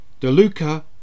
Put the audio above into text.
DeLuca